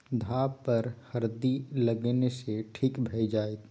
घाह पर हरदि लगेने सँ ठीक भए जाइत